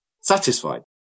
satisfied